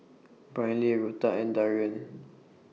Brynlee Rutha and Darion